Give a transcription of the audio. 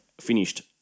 finished